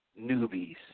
newbies